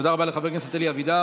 תודה רבה לחבר הכנסת אלי אבידר.